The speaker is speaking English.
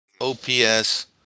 OPS